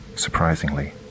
Surprisingly